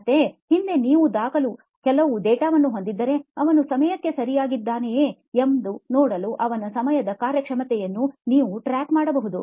ಮತ್ತೆ ಹಿಂದೆ ನೀವು ಕೆಲವು ಡೇಟಾವನ್ನು ಹೊಂದಿದ್ದರೆ ಅವನು ಸಮಯಕ್ಕೆ ಸರಿಯಾಗಿರುತ್ತಾನೆಯೇ ಎಂದು ನೋಡಲು ಅವನ ಸಮಯದ ಕಾರ್ಯಕ್ಷಮತೆಯನ್ನು ನೀವು ಟ್ರ್ಯಾಕ್ ಮಾಡಬಹುದು